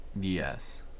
Yes